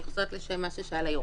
אני חוזרת למה ששאל היו"ר,